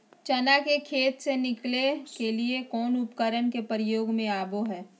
चना के खेत से निकाले के लिए कौन उपकरण के प्रयोग में आबो है?